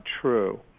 true